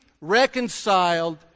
reconciled